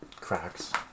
cracks